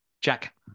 Jack